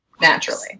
naturally